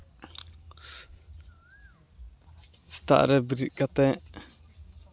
ᱥᱮᱛᱟᱜ ᱨᱮ ᱵᱤᱨᱤᱫ ᱠᱟᱛᱮ